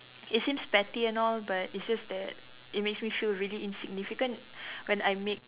it seems petty and all but it's just that it makes me feel really insignificant when I make